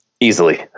Easily